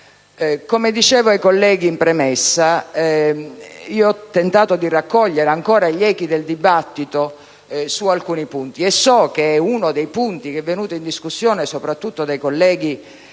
Come dicevo ai colleghi in premessa, ho tentato di raccogliere ancora gli echi del dibattito su alcuni aspetti e so che uno degli aspetti portato in discussione soprattutto dai colleghi